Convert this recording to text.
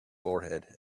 forehead